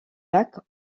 lac